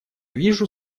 вижу